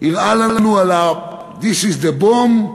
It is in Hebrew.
הראה לנו על ה-this is the bomb.